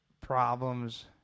Problems